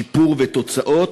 שיפור ותוצאות.